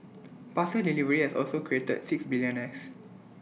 parcel delivery has also created six billionaires